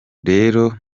rero